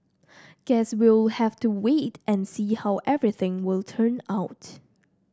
guess we'll have to wait and see how everything will turn out